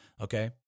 Okay